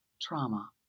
trauma